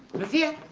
this year